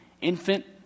infant